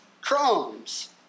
crumbs